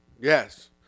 Yes